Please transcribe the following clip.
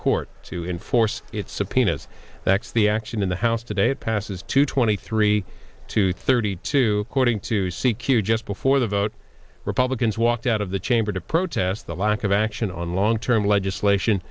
court to enforce its subpoenas that's the action in the house today it passes to twenty three to thirty two according to c q just before the vote republicans walked out of the chamber to protest the lack of action on long term legislation